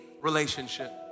relationship